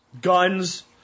guns